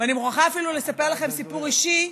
ואני מוכרחה אפילו לספר לכם סיפור אישי: